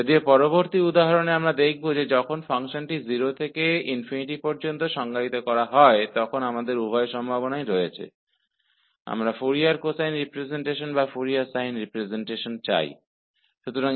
जबकि अगले उदाहरण में हम देखेंगे कि जब फ़ंक्शन को 0 से ∞ में परिभाषित किया जाता है तो हमारे पास दोनों संभावनाएं होती हैं चाहे हम फ़ोरियर कोसाइन रिप्रजेंटेशन या फ़ोरियर साइन रिप्रजेंटेशन करना चाहते हों